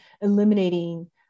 eliminating